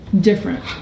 different